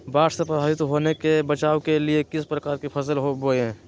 बाढ़ से प्रभावित होने से बचाव के लिए किस प्रकार की फसल बोए?